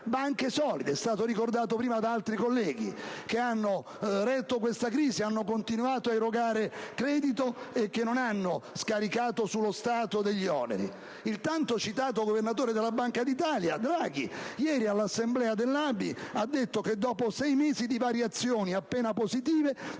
Il tanto citato governatore della Banca d'Italia, Draghi, ieri, all'assemblea dell'ABI, ha detto che dopo sei mesi di variazioni appena positive,